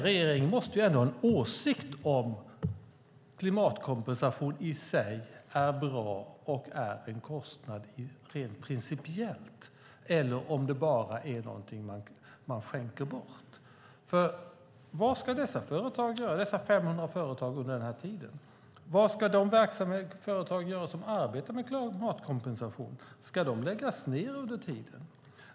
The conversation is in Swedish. Regeringen måste väl ändå ha en åsikt om huruvida klimatkompensation är en kostnad rent principiellt eller om det är något man bara skänker bort. Vad ska de 500 företagen göra under tiden? Vad ska de företag göra som arbetar med klimatkompensation? Ska de läggas ned under tiden?